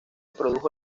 produjo